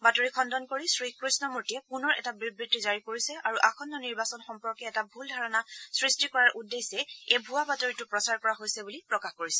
বাতৰি খণ্ডন কৰি শ্ৰী কৃষ্ণমূৰ্তিয়ে পুনৰ এটা বিবৃতি জাৰি কৰিছে আৰু আসন্ন নিৰ্বাচন সম্পৰ্কে এটা ভুল ধাৰণা সৃষ্টি কৰাৰ উদ্দেশ্যে এই ভূৱা বাতৰিটো প্ৰচাৰ কৰা হৈছে বুলি প্ৰকাশ কৰিছে